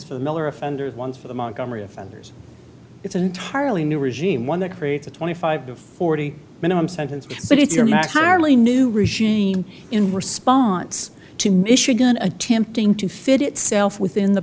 for the miller offender one for the montgomery offenders it's an entirely new regime one that creates a twenty five to forty minimum sentence but if you're max hardly new regime in response to michigan attempting to fit itself within the